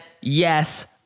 yes